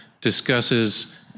discusses